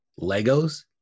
Legos